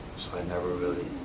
i never really